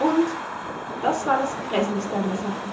und das war das gräßlichste an der sache